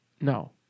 No